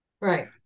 Right